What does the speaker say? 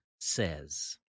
says